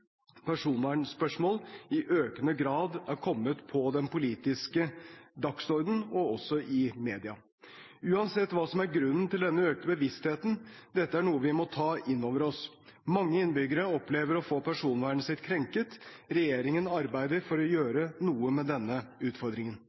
personvernspørsmål i økende grad er kommet på den politiske dagsordenen og også i media. Uansett hva som er grunnen til denne økte bevisstheten: Dette er noe vi må ta inn over oss. Mange innbyggere opplever å få personvernet sitt krenket. Regjeringen arbeider for å gjøre noe med denne utfordringen.